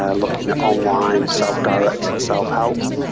ah looking at online self-directed self-help,